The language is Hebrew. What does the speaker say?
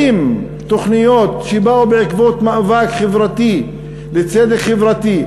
תוכניות שבאו בעקבות מאבק חברתי לצדק חברתי,